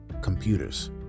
computers